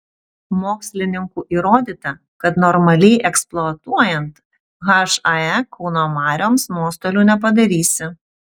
mokslininkų įrodyta kad normaliai eksploatuojant hae kauno marioms nuostolių nepadarysi